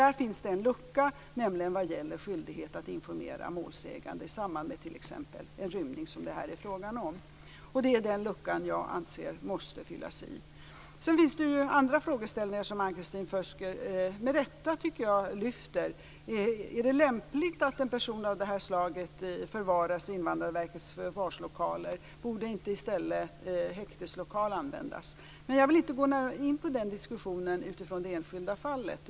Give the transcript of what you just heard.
Där finns det en lucka vad gäller skyldighet att informera målsäganden i samband med t.ex. en rymning som det här är frågan om. Det är den luckan jag anser måste fyllas igen. Sedan finns det ju andra frågeställningar som Ann-Kristin Føsker med rätta, tycker jag, lyfter fram. Är det lämpligt att en person av det här slaget förvaras i Invandrarverkets förvarslokaler? Borde inte häkteslokal användas i stället? Jag vill inte gå in på den diskussionen utifrån det enskilda fallet.